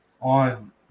on